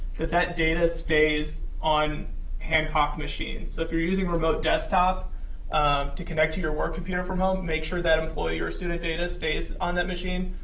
that that data stays on hancock machines, so if you're using a remote desktop um to connect to your work computer from home, make sure that employee or student data stays on that machine,